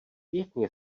pěkně